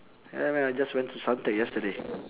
ya man I just went to suntec yesterday